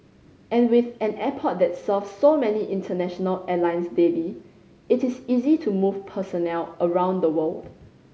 and with an airport that serves so many international airlines daily it is easy to move personnel around the world